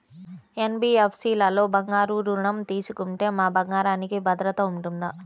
NBFC లలో బంగారు ఋణం తీసుకుంటే మా బంగారంకి భద్రత ఉంటుందా?